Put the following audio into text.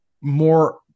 more